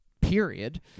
period